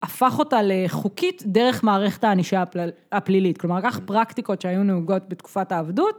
הפך אותה לחוקית דרך מערכת הענישה הפלילית. כלומר לקח פרקטיקות שהיו נהוגות בתקופת העבדות